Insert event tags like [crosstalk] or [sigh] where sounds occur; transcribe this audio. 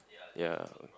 [noise] ya